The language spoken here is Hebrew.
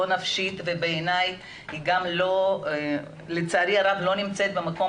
נפשית ובעיני היא גם לצערי הרב לא נמצאת במקום